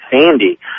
Sandy